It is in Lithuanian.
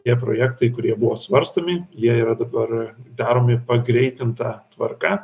tie projektai kurie buvo svarstomi jie yra dabar daromi pagreitinta tvarka